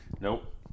Nope